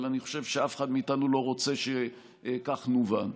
אבל אני חושב שאף אחד מאיתנו לא רוצה שכך נובן.